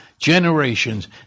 generations